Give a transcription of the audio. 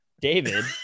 david